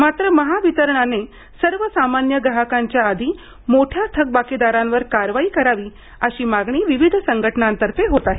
मात्र महावितरणने सर्वसामान्य ग्राहकांच्या आधी मोठ्या थकबाकीदारांवर कारवाई करावी अशी मागणी विविध संघटनांतर्फे होत आहे